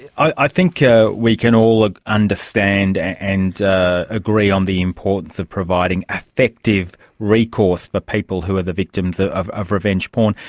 i think ah we can all ah understand and agree on the importance of providing effective recourse for people who are the victims ah of of revenge porn.